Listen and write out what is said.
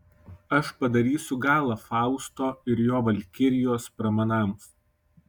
aš padarysiu galą fausto ir jo valkirijos pramanams